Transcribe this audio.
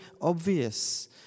obvious